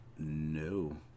No